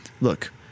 look